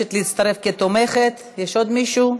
מתנגדים, אין נמנעים.